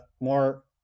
more